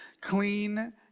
clean